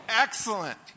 Excellent